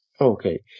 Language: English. Okay